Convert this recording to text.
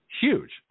huge